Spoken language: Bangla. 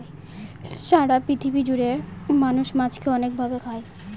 সারা পৃথিবী জুড়ে মানুষ মাছকে অনেক ভাবে খায়